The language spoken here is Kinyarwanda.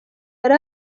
yari